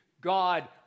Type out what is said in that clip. God